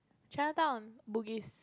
Chinatown on Bugis